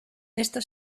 esto